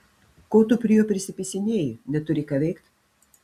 ko tu prie jo prisipisinėji neturi ką veikt